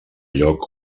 lloc